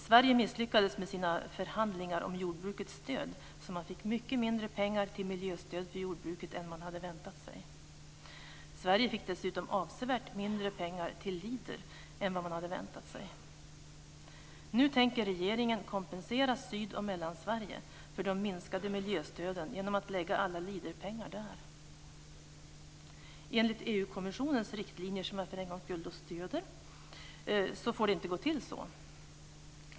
Sverige misslyckades med sina förhandlingar om jordbrukets stöd, så man fick mycket mindre pengar till miljöstöd för jordbruket än man hade väntat sig. Sverige fick dessutom avsevärt mindre pengar till Leader än man hade väntat sig. Nu tänker regeringen kompensera syd och Mellansverige för de minskade miljöstöden genom att lägga alla Leaderpengar där. Enligt EU kommissionens riktlinjer, som jag för en gångs skull stödjer, får det inte gå till så.